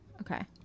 Okay